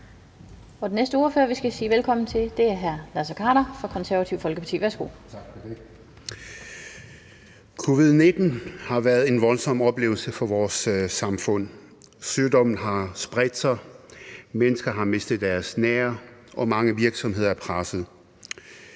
Den næste ordfører, vi skal sige velkommen til, er hr. Naser Khader fra Konservative Folkeparti. Værsgo. Kl. 18:16 (Ordfører) Naser Khader (KF): Tak for det. Covid-19 har været en voldsom oplevelse for vores samfund. Sygdommen har spredt sig, mennesker har mistet deres nære, og mange virksomheder er presset.